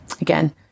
again